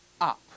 up